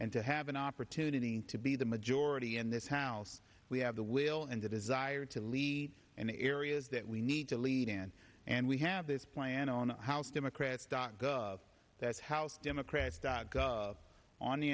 and to have an opportunity to be the majority in this house we have the will and the desire to lead and the areas that we need to lead and and we have this plan on the house democrats dot gov that's house democrats